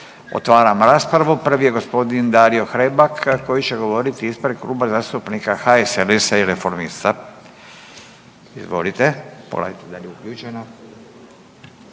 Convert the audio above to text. Otvaram raspravu, prvi je g. Dario Hrebak koji će govoriti ispred Kluba zastupnika HSLS-a i Reformista. Izvolite. **Hrebak, Dario